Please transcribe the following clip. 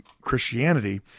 Christianity